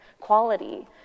quality